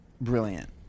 Brilliant